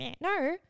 no